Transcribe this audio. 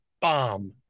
bomb